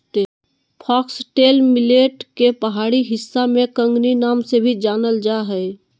foxtail millet के पहाड़ी हिस्सा में कंगनी नाम से भी जानल जा हइ